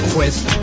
Twist